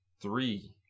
three